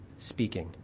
speaking